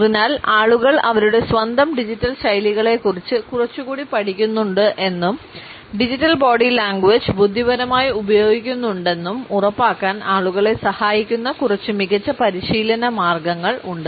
അതിനാൽ ആളുകൾ അവരുടെ സ്വന്തം ഡിജിറ്റൽ ശൈലികളെക്കുറിച്ച് കുറച്ചുകൂടി പഠിക്കുന്നുണ്ടെന്നും ഡിജിറ്റൽ ബോഡി ലാംഗ്വേജ് ബുദ്ധിപരമായി ഉപയോഗിക്കുന്നുണ്ടെന്നും ഉറപ്പാക്കാൻ ആളുകളെ സഹായിക്കുന്ന കുറച്ച് മികച്ച പരിശീലന മാർഗങ്ങൾ ഉണ്ട്